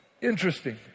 Interesting